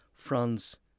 France